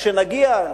כשנגיע,